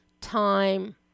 time